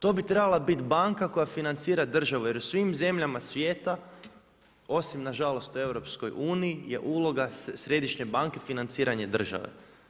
To bi trebala biti banka koja financira državu jer u svim zemljama svijeta, osim nažalost u EU-u je uloga Središnje banke financiranje države.